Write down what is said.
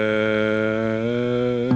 ah